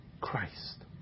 Christ